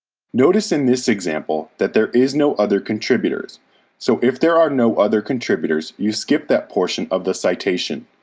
notice in this example that there is no other contributors so if there are no other contributors, you skip that portion of the citation.